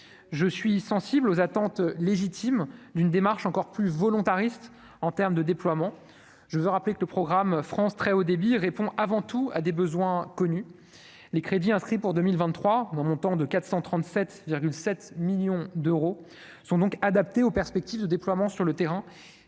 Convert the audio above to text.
je suis sensible aux attentes légitimes d'une démarche encore plus volontariste en termes de déploiement, je voudrais rappeler que le programme France très Haut débit répond avant tout à des besoins connu les crédits inscrits pour 2023 en montant de 437,7 millions d'euros sont donc adaptés aux perspectives de déploiement sur le terrain